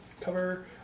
Cover